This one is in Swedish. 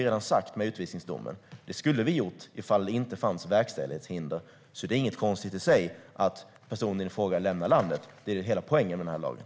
Det skulle vi ha gjort ifall det inte fanns verkställighetshinder, så det är inget konstigt i sig att personen i fråga lämnar landet. Det är ju hela poängen med den här lagen.